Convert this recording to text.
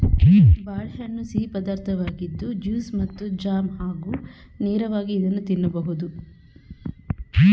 ಬಾಳೆಹಣ್ಣು ಸಿಹಿ ಪದಾರ್ಥವಾಗಿದ್ದು ಜ್ಯೂಸ್ ಮತ್ತು ಜಾಮ್ ಹಾಗೂ ನೇರವಾಗಿ ಇದನ್ನು ತಿನ್ನಬೋದು